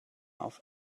auf